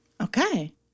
Okay